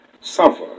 suffer